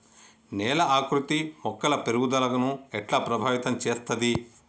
నేల ఆకృతి మొక్కల పెరుగుదలను ఎట్లా ప్రభావితం చేస్తది?